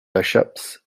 bishops